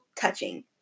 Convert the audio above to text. touching